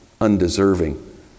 undeserving